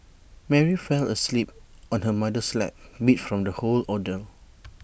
Mary fell asleep on her mother's lap beat from the whole ordeal